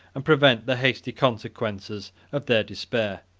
and prevent the hasty consequences of their despair.